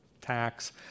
tax